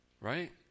right